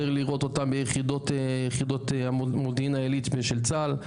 יותר לראות אותם ביחידות מודיעין העילית של צה"ל,